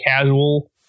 casual